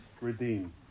redeem